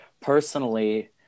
personally